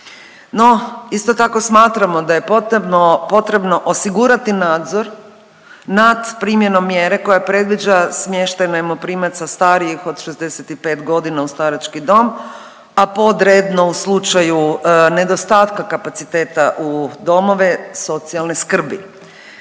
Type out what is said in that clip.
No isto tako smatramo da je potrebno osigurati nadzor nad primjenom mjere koja previđa smještaj najmoprimaca starijih od 65 godina u starački dom, a podredno u slučaju nedostatka kapaciteta u domove socijalne skrbi.